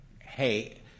hey